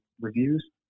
reviews